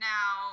Now